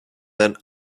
then